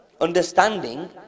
understanding